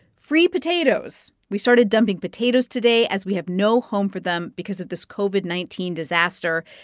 free potatoes. we started dumping potatoes today, as we have no home for them because of this covid nineteen disaster.